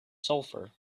sulfur